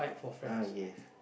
ah yes